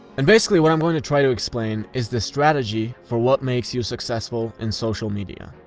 and basically what i'm going to try to explain is the strategy for what makes you successful in social media.